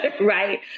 Right